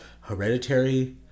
hereditary